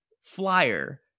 flyer